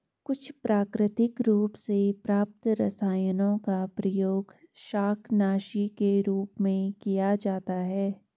कुछ प्राकृतिक रूप से प्राप्त रसायनों का प्रयोग शाकनाशी के रूप में किया जाता है